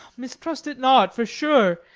mistrust it not for sure,